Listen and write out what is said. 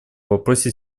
вопросе